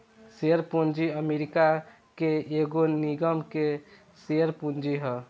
share पूंजी America के एगो निगम के शेयर पूंजी ह